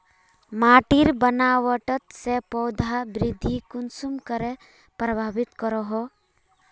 माटिर बनावट से पौधा वृद्धि कुसम करे प्रभावित करो हो?